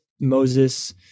Moses